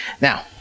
Now